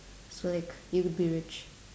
so like you will be rich